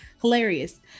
Hilarious